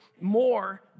more